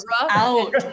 Out